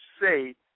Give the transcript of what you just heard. say